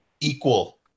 equal